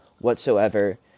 whatsoever